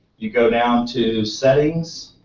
you go down to settings,